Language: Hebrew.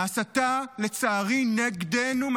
ההסתה נגדנו,